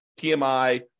PMI